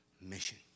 mission